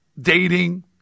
dating